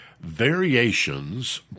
variations